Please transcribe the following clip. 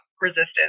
resistance